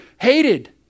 hated